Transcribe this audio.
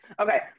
Okay